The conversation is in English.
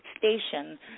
Station